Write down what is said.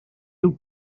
your